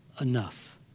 enough